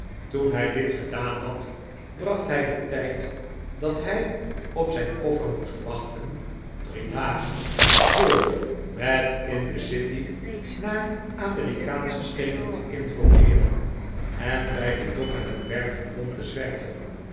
toen hij dit gedaan had bracht hij den tijd dat hij op zijn koffer moest wachten drie dagen door met in de city naar amerikaansche schepen te informeeren en bij de dokken en werven rond te zwerven